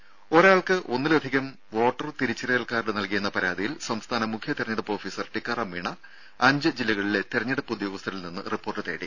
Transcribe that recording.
രും ഒരാൾക്ക് ഒന്നിലധികം വോട്ടർ തിരിച്ചറിയൽ കാർഡ് നൽകിയെന്ന പരാതിയിൽ സംസ്ഥാന മുഖ്യ തെരഞ്ഞെടുപ്പ് ഓഫീസർ ടിക്കാറാം മീണ അഞ്ച് ജില്ലകളിലെ തെരഞ്ഞെടുപ്പ് ഉദ്യോഗസ്ഥരിൽ നിന്ന് റിപ്പോർട്ട് തേടി